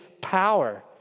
power